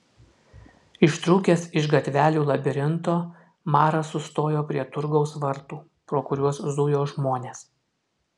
ištrūkęs iš gatvelių labirinto maras sustojo prie turgaus vartų pro kuriuos zujo žmonės